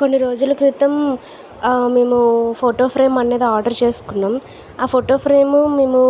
కొన్ని రోజుల క్రితం మేము ఫోటో ఫ్రేమ్ అన్నది ఆర్డర్ చేసుకున్నాం ఆ ఫోటో ఫ్రేమ్ మేము